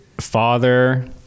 father